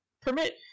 permit-